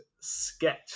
sketch